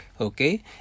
okay